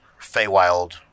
Feywild